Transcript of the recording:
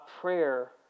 prayer